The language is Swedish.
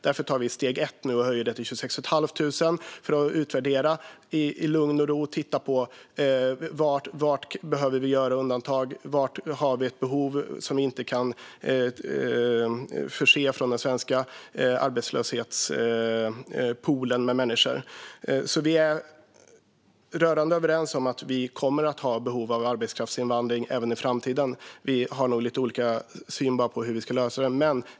Därför tar vi nu steg ett och höjer det till 26 500 för att utvärdera och i lugn och ro titta på var vi behöver göra undantag, var vi har ett behov som vi inte kan täcka genom den svenska arbetslöshetspoolen med människor. Vi är rörande överens om att vi kommer att ha behov av arbetskraftsinvandring även i framtiden. Vi har nog bara lite olika syn på hur vi ska lösa den.